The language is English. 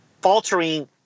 faltering